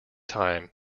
time